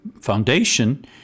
foundation